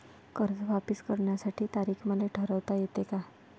कर्ज वापिस करण्याची तारीख मले ठरवता येते का?